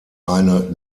eine